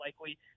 likely